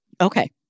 Okay